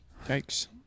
Thanks